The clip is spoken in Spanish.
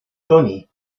tony